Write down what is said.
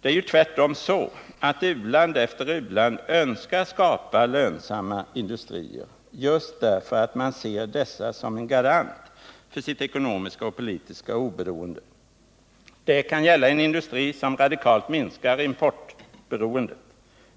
Det är ju tvärtom så att u-land efter u-land önskar skapa lönsamma industrier, just därför att man ser dessa som en garant för sitt ekonomiska och politiska oberoende. Det kan gälla en industri som radikalt minskar importberoendet.